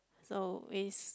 so waste